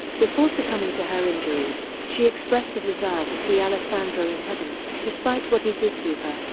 before succumbing to her injuries, she expressed a desire to see alessandro in heaven, despite what he did to her,